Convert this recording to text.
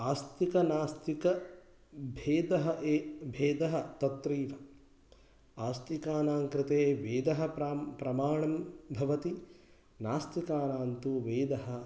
आस्तिकनास्तिकभेदः एव भेदः तत्रैव आस्तिकानां कृते वेदः प्रां प्रमाणं भवति नास्तिकानां तु वेदः